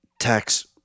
tax